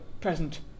present